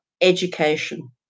education